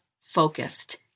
focused